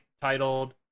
titled